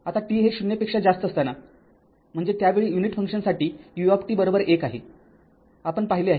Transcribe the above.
आता t हे ० पेक्षा जास्त असताना म्हणजे त्यावेळी युनिट फंक्शनसाठी u १ आहे आपण पाहिले आहे